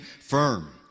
firm